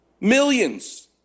Millions